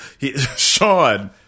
Sean